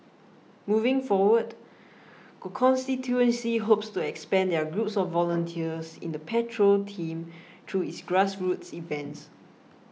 moving forward constituency hopes to expand their groups of volunteers in the patrol team through its grassroots events